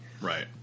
Right